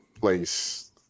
place